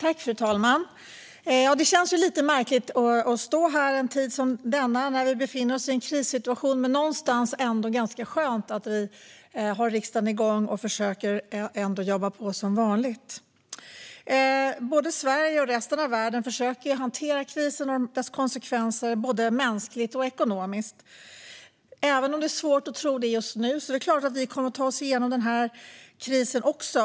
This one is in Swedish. Fru talman! Det känns lite märkligt att stå här en tid som denna, när vi befinner oss i en krissituation. Men det är ändå ganska skönt att vi har riksdagen igång och försöker jobba på som vanligt. Både Sverige och resten av världen försöker ju hantera krisen och dess konsekvenser både mänskligt och ekonomiskt. Även om det är svårt att tro det just nu är det klart att vi kommer att ta oss igenom den här krisen också.